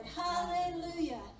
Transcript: hallelujah